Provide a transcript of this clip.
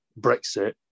Brexit